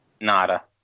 Nada